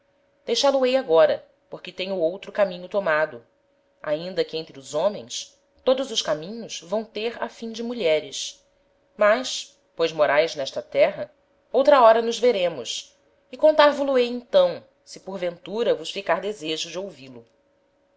deixá lo ei agora porque tenho outro caminho tomado ainda que entre os homens todos os caminhos vão ter a fim de mulheres mas pois moraes n'esta terra outra hora nos veremos e contarvo lo ei então se por ventura vos ficar desejo de ouvi-lo